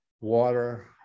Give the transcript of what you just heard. water